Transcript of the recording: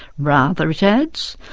rather it adds,